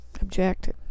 objected